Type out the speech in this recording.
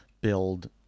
build